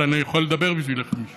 אבל אני יכול לדבר בשבילך עם מישהו.